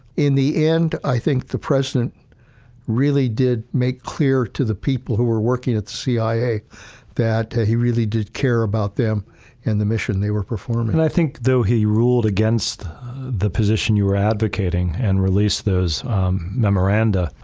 in the end, i think the president really did make clear to the people who were working at cia that he really did care about them and the mission they were performing. i think, though he ruled against the position you were advocating, and released those memoranda,